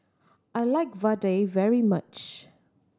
I like vadai very much